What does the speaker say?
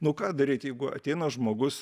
nu ką daryt jeigu ateina žmogus